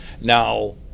Now